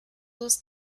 ist